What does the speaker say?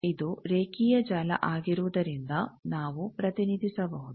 ಇದು ರೇಖಿಯ ಜಾಲ ಆಗಿರುವುದರಿಂದ ನಾವು ಪ್ರತಿನಿಧಿಸಬಹುದು